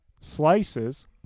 slices